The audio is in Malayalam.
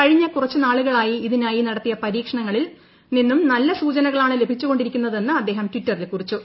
കഴിഞ്ഞ കുറച്ചു നാളുകളായി ഇതിനായി നടത്തിയ പരീക്ഷണങ്ങളിൽ നിന്നും നല്ല സൂചനകളാണ് ലഭിച്ചു കൊണ്ടിരിക്കുന്നതെന്ന് അദ്ദേഹം ടിറ്ററിൽ കുറിച്ചു